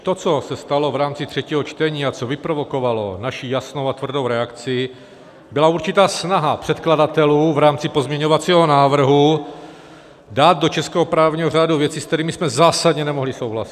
To, co se stalo v rámci třetího čtení a co vyprovokovalo naši jasnou a tvrdou reakci, byla určitá snaha předkladatelů v rámci pozměňovacího návrhu dát do českého právního řádu věci, se kterými jsme zásadně nemohli souhlasit.